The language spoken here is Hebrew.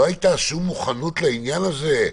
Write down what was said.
לא הייתה שום מוכנות לעניין הזה?